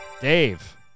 Dave